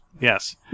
Yes